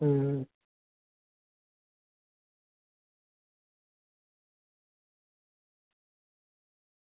हूं